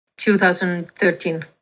2013